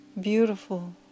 beautiful